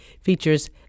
features